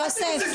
יוסף.